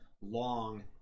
long